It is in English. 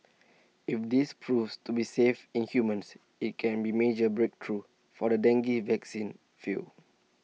if this proves to be safe in humans IT can be major breakthrough for the dengue vaccine field